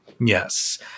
Yes